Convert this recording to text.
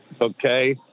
Okay